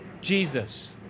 Jesus